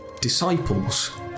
disciples